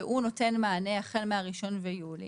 והוא נותן מענה החל מה-1 ביולי